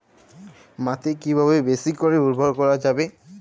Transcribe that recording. মাটি কিভাবে বেশী করে উর্বর করা যাবে?